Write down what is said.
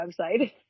website